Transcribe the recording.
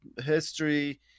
history